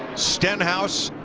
stenhouse,